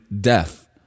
death